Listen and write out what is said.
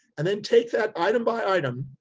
and then take that item by item